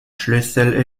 schlüssel